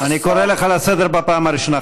אני קורא אותך לסדר פעם ראשונה,